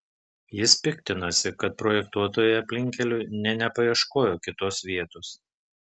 jis piktinasi kad projektuotojai aplinkkeliui nė nepaieškojo kitos vietos